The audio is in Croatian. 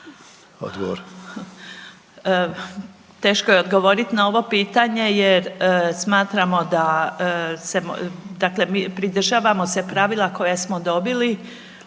Odgovor.